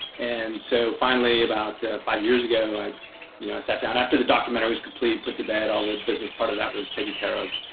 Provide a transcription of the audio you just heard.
and so, finally, about five years ago, i sat down after the documentary's complete, put to bed, all the business part of that was taken care of.